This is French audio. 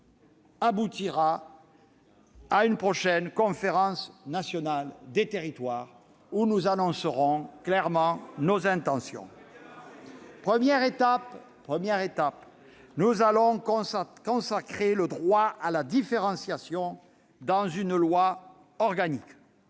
aboutira à une prochaine Conférence nationale des territoires, où nous annoncerons clairement nos intentions. Tout d'abord, nous allons consacrer le droit à la différenciation dans une loi organique.